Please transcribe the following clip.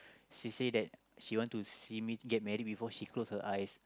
she say that she want to see me get married before she close her eyes